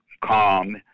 calm